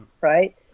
right